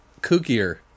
kookier